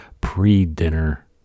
pre-dinner